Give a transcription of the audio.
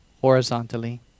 horizontally